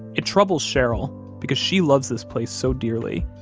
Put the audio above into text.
it troubled cheryl because she loves this place so dearly.